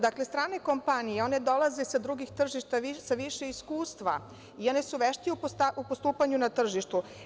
Dakle, strane kompanije i one dolaze sa drugih tržišta sa više iskustva veštiji u postupanju na tržištu.